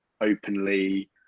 openly